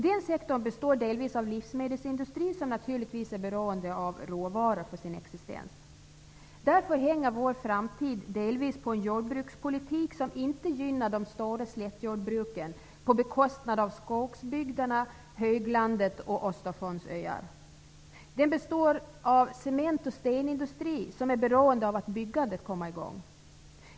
Den sektorn består delvis av livsmedelsindustri, som naturligtvis är beroende av råvaror för sin existens. Därför hänger vår framtid delvis på en jordbrukspolitik som inte gynnar de stora slättjordbruken på bekostnad av skogsbygderna, höglandet och Östersjöns öar. Den består av cement och stenindustri, som är beroende av att byggandet kommer i gång.